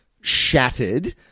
shattered